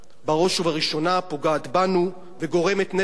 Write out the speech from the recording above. בראש ובראשונה פוגעת בנו וגורמת נזק לישראל.